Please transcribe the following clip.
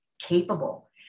capable